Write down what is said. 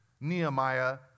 Nehemiah